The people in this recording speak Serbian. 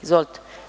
Izvolite.